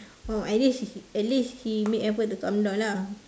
oh at least at least he make effort to come down lah